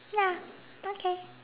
ya okay